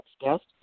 guest